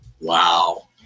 Wow